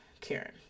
Karen